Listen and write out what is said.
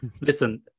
listen